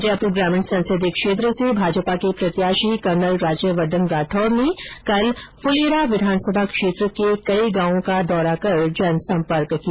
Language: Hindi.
जयपुर ग्रामीण संसदीय क्षेत्र से भाजपा के प्रत्याषी कर्नल राज्यवर्धन राठौड़ ने कल फुलेरा विधानसभा क्षेत्र के कई गांवों का दौरा कर जनसंपर्क किया